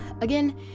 again